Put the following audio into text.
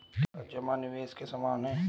क्या जमा निवेश के समान है?